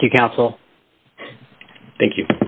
thank you counsel thank you